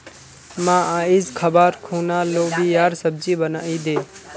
मां, आइज खबार खूना लोबियार सब्जी बनइ दे